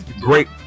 Great